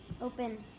open